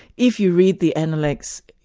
if you read the analects,